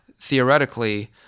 theoretically